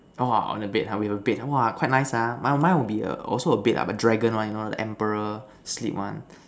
orh on the bed we have a bed !wah! quite nice ha but mine would be a also be a bed lah but dragon one you know the emperor sleep one